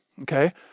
okay